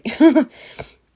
right